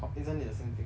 isn't it the same thing